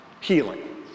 healing